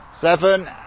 seven